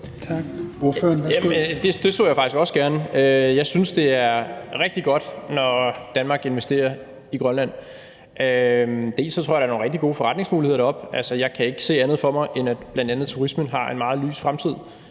Det så jeg faktisk også gerne. Jeg synes, det er rigtig godt, når Danmark investerer i Grønland. Jeg tror også, der er nogle rigtig gode forretningsmuligheder deroppe. Jeg kan ikke se andet for mig, end at bl.a. turismen har en meget lys fremtid